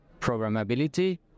programmability